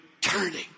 turning